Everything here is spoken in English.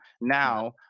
Now